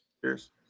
Cheers